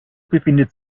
befindet